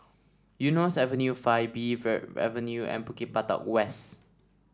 Eunos Avenue Five B Verde Avenue and Bukit Batok West